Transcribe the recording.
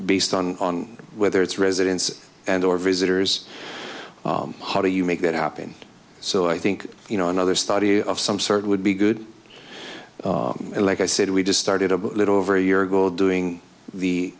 based on on whether it's residents and or visitors how do you make that happen so i think you know another study of some sort would be good like i said we just started a little over a year ago doing the